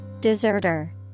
Deserter